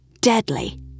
Deadly